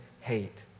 hate